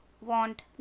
want